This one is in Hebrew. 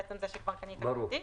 זה שכבר קנית כרטיס.